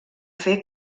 fer